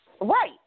right